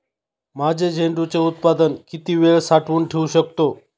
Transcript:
माझे झेंडूचे उत्पादन किती वेळ साठवून ठेवू शकतो?